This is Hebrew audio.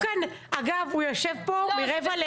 אגב, הוא יושב פה מ-09:45.